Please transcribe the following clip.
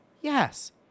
Yes